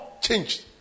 changed